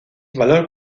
valor